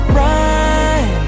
run